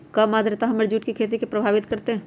कम आद्रता हमर जुट के खेती के प्रभावित कारतै?